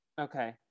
Okay